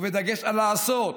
ובדגש על לעשות,